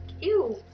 Ew